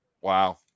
wow